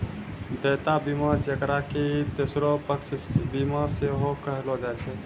देयता बीमा जेकरा कि तेसरो पक्ष बीमा सेहो कहलो जाय छै